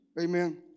Amen